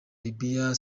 libya